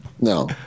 No